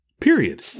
Period